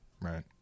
Right